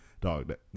dog